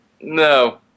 No